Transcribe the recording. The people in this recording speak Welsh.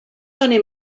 doeddwn